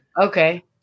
Okay